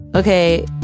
Okay